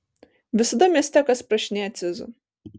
visada mieste kas prašinėja cizų